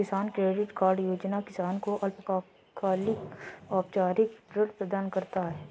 किसान credit card योजना किसान को अल्पकालिक औपचारिक ऋण प्रदान करता है